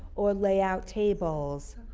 or layout tables.